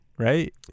Right